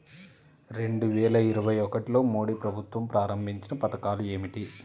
రెండు వేల ఇరవై ఒకటిలో మోడీ ప్రభుత్వం ప్రారంభించిన పథకాలు ఏమిటీ?